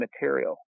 material